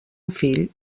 fill